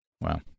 Wow